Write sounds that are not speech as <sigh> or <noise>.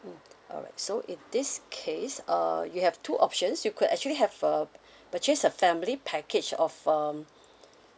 mm alright so in this case uh you have two options you could actually have uh <breath> purchase a family package of um